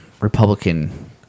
Republican